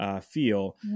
feel